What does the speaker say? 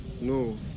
no